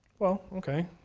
well ok,